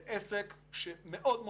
זה עסק רציני מאד מאוד.